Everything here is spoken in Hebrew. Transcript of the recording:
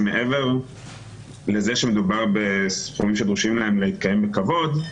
שמעבר לזה שמדובר בסכומים שדרושים להם להתקיים בכבוד,